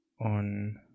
on